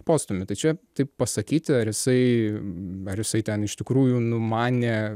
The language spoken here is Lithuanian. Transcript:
postūmį tai čia taip pasakyti ar jisai ar jisai ten iš tikrųjų numanė